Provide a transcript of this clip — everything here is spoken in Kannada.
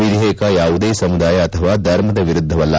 ವಿಧೇಯಕ ಯಾವುದೇ ಸಮುದಾಯ ಅಥವಾ ಧರ್ಮದ ವಿರುದ್ದವಲ್ಲ